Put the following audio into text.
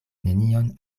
nenion